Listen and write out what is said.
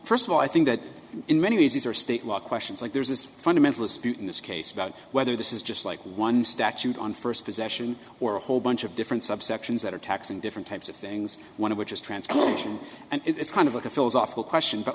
first of all i think that in many ways these are state law questions like there's this fundamentalist butin this case about whether this is just like one statute on first possession or a whole bunch of different subsections that are tax and different types of things one of which is transportation and it's kind of a philosophical question but